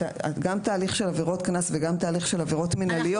גם התהליך של עבירות קנס וגם תהליך של עבירות מינהליות